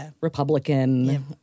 Republican